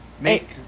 Make